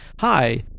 hi